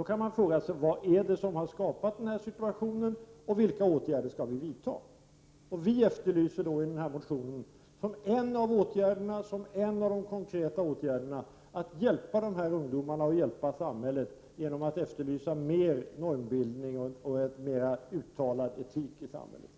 och man kan fråga sig vad det är som har skapat situationen och vilka åtgärder som skall vidtas. Vi moderater efterlyser i denna motion, som en av de konkreta åtgärderna, att ungdomarna och samhället får hjälp genom att mer normbildning och en mer uttalad etik införs i samhället.